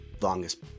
longest